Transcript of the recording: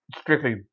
strictly